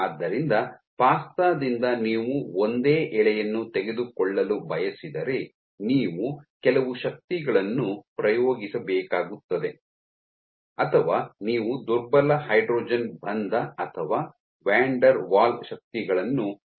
ಆದ್ದರಿಂದ ಪಾಸ್ಟಾ ದಿಂದ ನೀವು ಒಂದೇ ಎಳೆಯನ್ನು ತೆಗೆದುಕೊಳ್ಳಲು ಬಯಸಿದರೆ ನೀವು ಕೆಲವು ಶಕ್ತಿಗಳನ್ನು ಪ್ರಯೋಗಿಸಬೇಕಾಗುತ್ತದೆ ಅಥವಾ ನೀವು ದುರ್ಬಲ ಹೈಡ್ರೋಜನ್ ಬಂಧ ಅಥವಾ ವ್ಯಾನ್ ಡೆರ್ ವಾಲ್ ಶಕ್ತಿಗಳನ್ನು ಹೊಂದಿರಬಹುದು